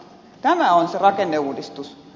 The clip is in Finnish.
tämä on se rakenneuudistus